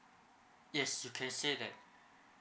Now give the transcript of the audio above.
yes you can say that